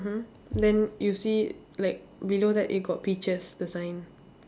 mmhmm then you see like below that it got peaches the sign